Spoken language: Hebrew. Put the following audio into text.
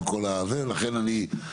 יודעת מה,